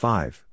Five